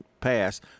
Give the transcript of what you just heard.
pass